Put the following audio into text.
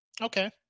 Okay